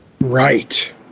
Right